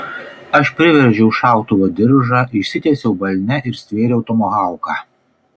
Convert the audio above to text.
aš priveržiau šautuvo diržą išsitiesiau balne ir stvėriau tomahauką